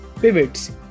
pivots